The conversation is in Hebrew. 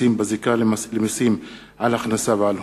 ממסים בזיקה למסים על הכנסה ועל הון,